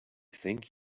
think